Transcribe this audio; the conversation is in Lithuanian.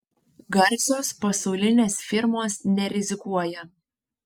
garsios pasaulinės firmos nerizikuoja